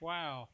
Wow